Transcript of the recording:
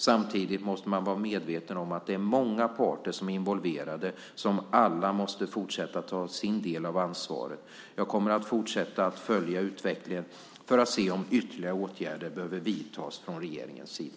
Samtidigt måste man vara medveten om att det är många parter som är involverade som alla måste fortsätta att ta sin del av ansvaret. Jag kommer att fortsätta att följa utvecklingen för att se om ytterligare åtgärder behöver vidtas från regeringens sida.